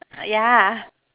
yeah